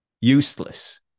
Useless